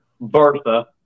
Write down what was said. bertha